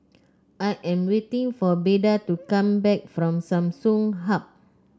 I am waiting for Beda to come back from Samsung Hub